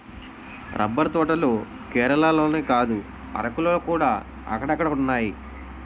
rubber తోటలు కేరళలోనే కాదు అరకులోకూడా అక్కడక్కడున్నాయి